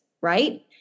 right